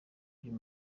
uyu